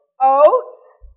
oats